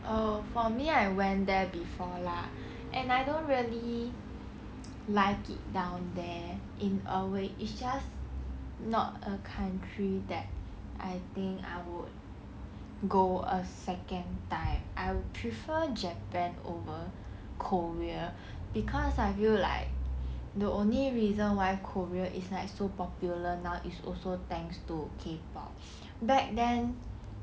oh for me I went there before lah and I don't really like it down there in a way it's just not a country that I think I would go a second time I will prefer japan over korea cause I feel like the only reason why korea is like so popular now is also thanks to K pop back then